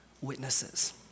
witnesses